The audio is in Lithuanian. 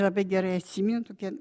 labai gerai atsimenu tokia